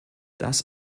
das